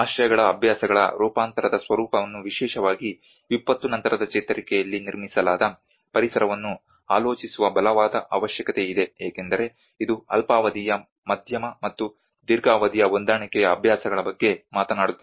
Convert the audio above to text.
ಆಶ್ರಯ ಅಭ್ಯಾಸಗಳ ರೂಪಾಂತರದ ಸ್ವರೂಪವನ್ನು ವಿಶೇಷವಾಗಿ ವಿಪತ್ತು ನಂತರದ ಚೇತರಿಕೆಯಲ್ಲಿ ನಿರ್ಮಿಸಲಾದ ಪರಿಸರವನ್ನು ಆಲೋಚಿಸುವ ಬಲವಾದ ಅವಶ್ಯಕತೆಯಿದೆ ಏಕೆಂದರೆ ಇದು ಅಲ್ಪಾವಧಿಯ ಮಧ್ಯಮ ಮತ್ತು ದೀರ್ಘಾವಧಿಯ ಹೊಂದಾಣಿಕೆಯ ಅಭ್ಯಾಸಗಳ ಬಗ್ಗೆ ಮಾತನಾಡುತ್ತದೆ